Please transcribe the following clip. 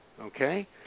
Okay